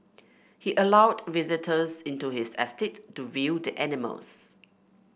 he allowed visitors into his estate to view the animals